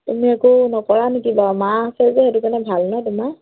তুমি একো নকৰা নেকি বাৰু মা আছে যে সেইটো কাৰণে ভাল ন তোমাৰ